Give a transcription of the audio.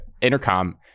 intercom